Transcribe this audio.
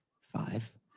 Five